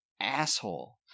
asshole